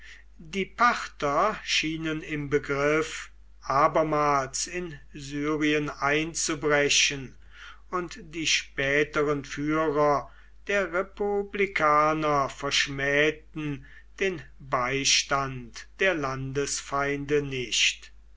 die parther schienen im begriff abermals in syrien einzubrechen und die späteren führer der republikaner verschmähten den beistand der landesfeinde nicht